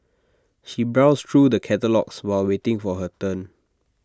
she browsed through the catalogues while waiting for her turn